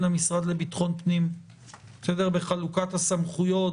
המשרד לביטחון פנים בחלוקת הסמכויות,